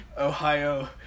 Ohio